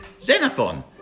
Xenophon